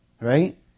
right